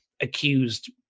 accused